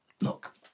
look